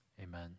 amen